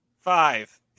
Five